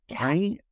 Right